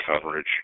coverage